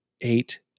eight